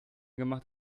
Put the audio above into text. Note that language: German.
gemacht